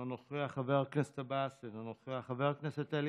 אינו נוכח, חבר הכנסת עבאס,